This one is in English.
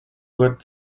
good